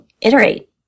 iterate